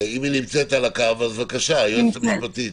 אם היא נמצאת על הקו, בבקשה היועצת המשפטית.